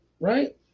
Right